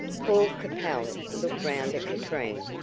paul capel looked round at katrine,